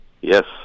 Yes